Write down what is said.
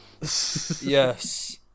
Yes